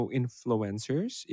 influencers